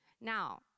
Now